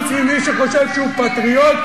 חוץ ממי שחושב שהוא פטריוט,